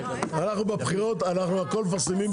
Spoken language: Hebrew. אנחנו בבחירות את הכול מפרסמים בשמשוניות.